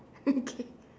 okay